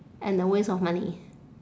and a waste of money